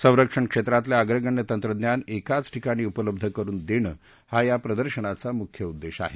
सरक्षण क्षेत्रातल्या अग्रगण्य तंत्रज्ञान एकाच ठीकाणी उपल्ब्ध करुन देणं हा या प्रदर्शनाचा मुख्य उद्देश आहे